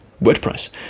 WordPress